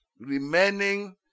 remaining